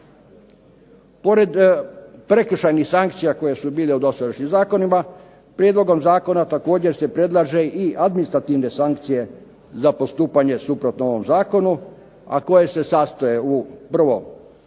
Pored prekršajnih sankcija koje su bile u dosadašnjim zakonima prijedlogom zakona također se predlažu i administrativne sankcije za postupanje suprotno ovom zakonu, a koje se sastoje u prvo, gubitku